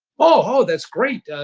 oh, oh, that's great.